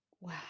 Wow